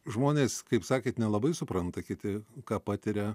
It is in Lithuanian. žmonės kaip sakėt nelabai supranta kiti ką patiria